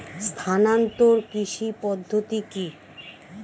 স্থানান্তর কৃষি পদ্ধতি কি?